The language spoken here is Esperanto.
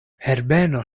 herbeno